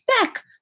back